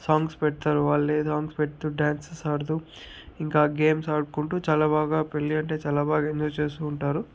songs పెడతారు వాళ్ళే songs పెట్టి డ్యాన్సస్ ఆడుతూ ఇంకా గేమ్స్ ఆడుకుంటూ చాలా బాగా పెళ్ళి అంటే చాలా బాగా ఎంజాయ్ చేస్తూ ఉంటారు